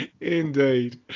Indeed